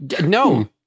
No